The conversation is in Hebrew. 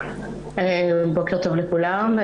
בוקר טוב לכולם,